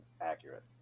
accurate